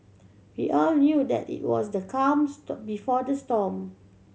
we all knew that it was the calm before the storm